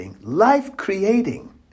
life-creating